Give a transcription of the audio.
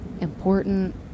important